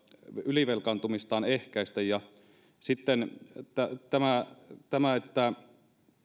ylivelkaantumistaan ehkäistä ja sitten tämä tämä että